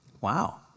Wow